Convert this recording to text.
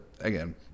again